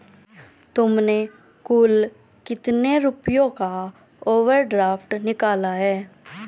तुमने कुल कितने रुपयों का ओवर ड्राफ्ट निकाला है?